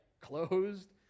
closed